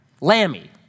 Lammy